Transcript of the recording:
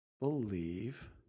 believe